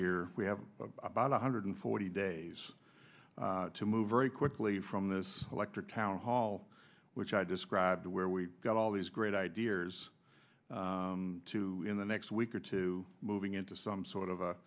here we have about one hundred forty days to move very quickly from this electric town hall which i described where we got all these great ideas to in the next week or two moving into some sort of a